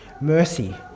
mercy